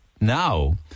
now